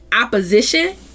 opposition